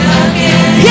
again